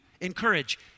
encourage